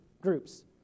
groups